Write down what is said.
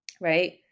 right